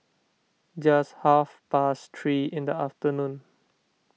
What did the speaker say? just half past three in the afternoon